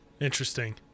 Interesting